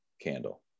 candle